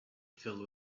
filled